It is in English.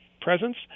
presence